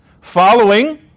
following